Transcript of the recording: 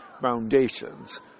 foundations